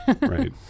right